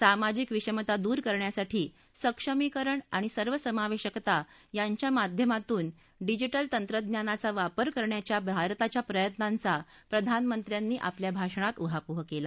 सामाजिक विषमता दूर करण्यासाठी सक्षमीकरण आणि सर्वसमावेशकता यांच्या माध्यमातून डिजिटल तंत्रज्ञानाचा वापर करण्याच्या भारताच्या प्रयत्नांचा प्रधानमंत्र्यांनी आपल्या भाषणात ऊहापोह केला